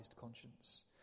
conscience